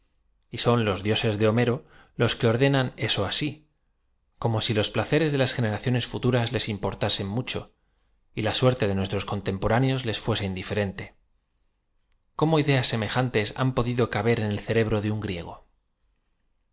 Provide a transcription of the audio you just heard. y son los dioses de homero los que ordenan eso asi como si los placeres de las generaciones futuras les importase mucho y la suerte de nuestros contemporáneos les fuese indiferente cómo ideas semejantes han podido caber en el cerebro de un griego